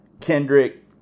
Kendrick